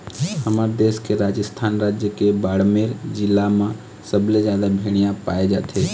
हमर देश के राजस्थान राज के बाड़मेर जिला म सबले जादा भेड़िया पाए जाथे